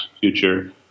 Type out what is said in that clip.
future